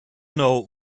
know